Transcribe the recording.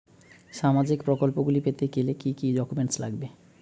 সামাজিক প্রকল্পগুলি পেতে গেলে কি কি ডকুমেন্টস লাগবে?